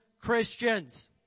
Christians